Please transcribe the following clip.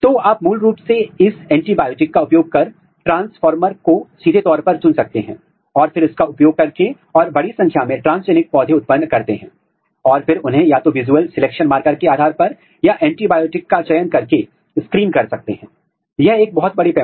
आपका प्रोटीन इसकी उचित अवस्था में नहीं हो सकता है और फिर यदि आप इसके स्थानीयकरण की रिपोर्ट करते हैं तो यह हमेशा संदिग्ध होता है कि स्थानीयकरण आर्ट इफेक्ट के कारण है या यह उचित स्थानीयकरण पैटर्न है